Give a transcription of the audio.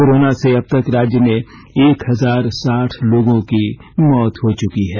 corona से अब तक राज्य में एक हजार साठ लोगों की मौत हो चुकी है